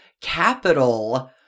Capital